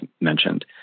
mentioned